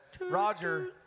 Roger